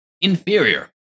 inferior